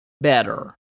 better